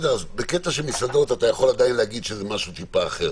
בקטע של מסעדות אתה יכול עדיין להגיד שזה משהו טיפה אחר,